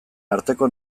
arteko